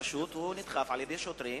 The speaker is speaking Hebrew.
פשוט הוא נדחף על-ידי שוטרים,